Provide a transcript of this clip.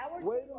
Wait